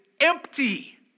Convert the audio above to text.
empty